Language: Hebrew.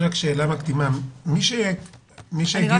אני רק